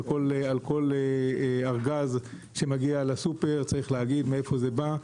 על כל ארגז שמגיע לסופר צריך לומר מאיפה בא.